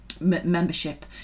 membership